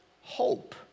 hope